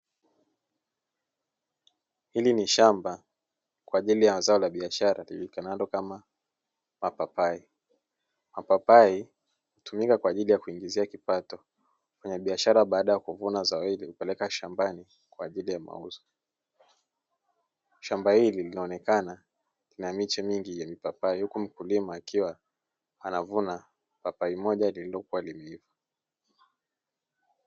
Hili ni shamba kwaajili ya zao la biashara lijulikanalo kama mapapai; mapapai hutumika kwaajili ya kujiingizia kipato. Mfanyabiashara baada ya kuvuna zao hili hupeleka shambani kwaajili ya mauzo. Shamba hili linaonekana na miche mingi ya mipapai huku mkulima akiwa anavuna papai moja lililokuwa limeiva.